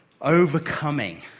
overcoming